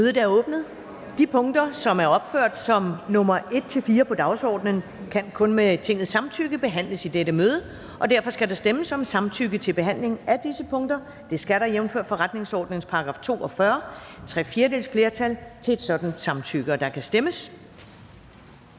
Ellemann): De sager, der er opført under punkt 1-4 på dagsordenen, kan kun med Tingets samtykke behandles i dette møde, og derfor skal der stemmes om samtykke til behandling af disse punkter. Der skal, jævnfør forretningsordenens § 42, tre fjerdedeles flertal til et sådant samtykke, og der kan stemmes.